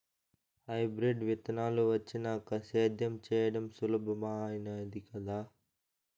hybrid విత్తనాలు వచ్చినాక సేద్యం చెయ్యడం సులభామైనాది కదా